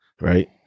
right